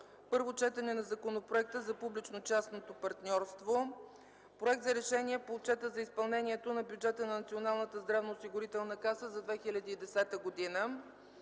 Първо четене на Законопроекта за публично-частното партньорство. 11. Проект за решение по Отчета за изпълнението на бюджета на Националната здравноосигурителна каса за 2010 г.